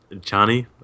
Johnny